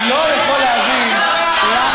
אני לא יכול להבין למה